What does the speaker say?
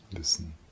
Listen